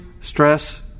stress